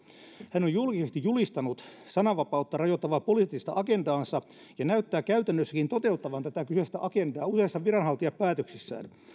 hän on julkisesti julistanut sananvapautta rajoittavaa poliittista agendaansa ja näyttää käytännössäkin toteuttavan tätä kyseistä agendaa useissa viranhaltijapäätöksissään